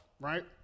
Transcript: right